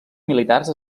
militars